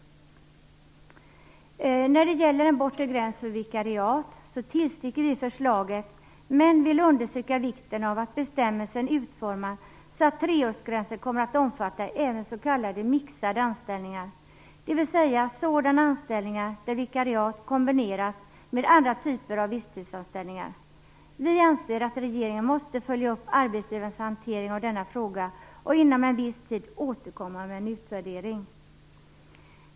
När det gäller en bortre gräns för vikariat tillstyrker vi förslaget, men vi vill understryka vikten av att bestämmelsen utformas så att treårsgränsen kommer att omfatta även s.k. mixade anställningar, dvs. sådana anställningar där vikariat kombineras med andra typer av visstidsanställningar. Vi anser att regeringen måste följa upp arbetsgivarnas hantering av denna fråga och inom en viss tid återkomma med en utvärdering.